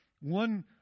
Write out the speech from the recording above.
One